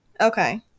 Okay